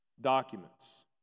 documents